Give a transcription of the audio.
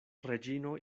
reĝino